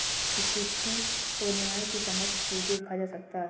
equity को न्याय के समक्ष ही देखा जा सकता है